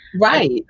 right